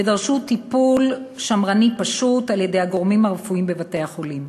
ודרשו טיפול שמרני פשוט על-ידי הגורמים הרפואיים בבתי-החולים.